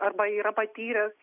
arba yra patyręs